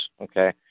okay